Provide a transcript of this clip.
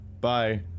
bye